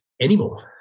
anymore